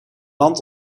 land